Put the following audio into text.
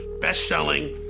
best-selling